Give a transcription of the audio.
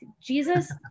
Jesus